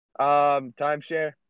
Timeshare